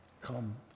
come